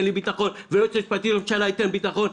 לי ביטחון והיועץ המשפטי ייתן לי ביטחון,